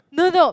no no